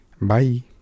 Bye